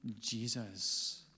Jesus